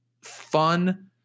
fun